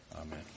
Amen